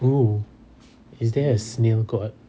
oo is there a snail god